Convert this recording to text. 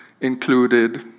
included